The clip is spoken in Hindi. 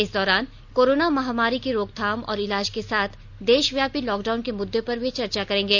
इस दौरान कोरोना महामारी की रोकथाम और इलाज के साथ देशव्यापी लॉकडाउन के मुददे पर वे चर्चा करेंगे